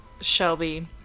Shelby